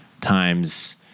times